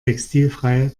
textilfreie